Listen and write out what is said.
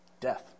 Death